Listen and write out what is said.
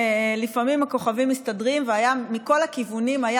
לפעמים הכוכבים מסתדרים ומכל הכיוונים היה